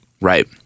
right